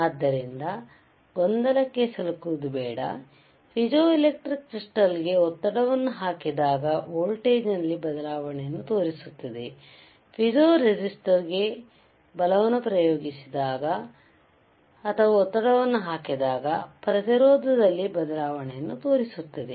ಆದ್ದರಿಂದ ಗೊಂದಲಕ್ಕೆ ಸಿಲುಕಬೇಡಿ ಪೀಜೋಎಲೆಕ್ಟ್ರಿಕ್ ಕ್ರಿಸ್ಟಾಲ್ ಗೆ ಒತ್ತಡವನ್ನು ಹಾಕಿದಾಗ ವೋಲ್ಟೇಜ್ ನಲ್ಲಿ ಬದಲಾವಣೆಯನ್ನು ತೋರಿಸುತ್ತವೆ ಇನ್ನೊಂದು ಪೀಜೋ ರೆಸಿಸ್ಟರ್ ಇದಕ್ಕೆ ಬಲ ಪ್ರಯೋಗಿಸಿದಾಗ ಅಥವಾ ಒತ್ತಡ ಹಾಕಿದಾಗ ಪ್ರತಿರೋಧದಲ್ಲಿ ಬದಲಾವಣೆಯನ್ನು ತೋರಿಸುತ್ತದೆ